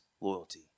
loyalty